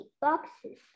boxes